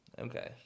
okay